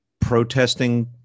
protesting